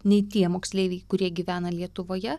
nei tie moksleiviai kurie gyvena lietuvoje